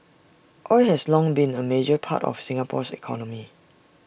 oil has long been A major part of Singapore's economy